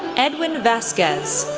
edwin vazquez,